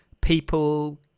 people